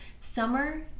Summer